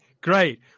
great